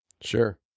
Sure